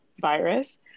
virus